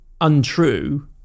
untrue